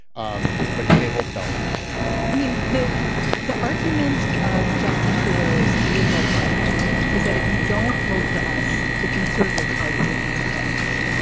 um but he may hold the balance of power i mean the the argument of justin trudeau's liberal party is that if you don't vote for us the conservative party will be in charge.